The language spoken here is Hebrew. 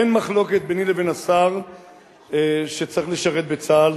אין מחלוקת ביני לבין השר שצריך לשרת בצה"ל,